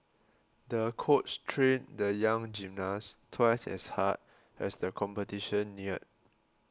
the coach trained the young gymnast twice as hard as the competition neared